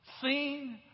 seen